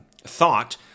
thought